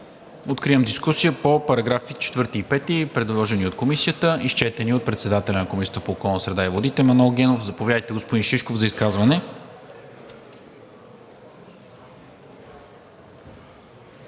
Откривам дискусията по параграфи 4 и 5, предложени от Комисията, изчетени от председателя на Комисията по околната среда и водите Манол Генов. Заповядайте, господин Шишков, за изказване.